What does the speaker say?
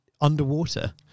underwater